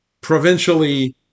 provincially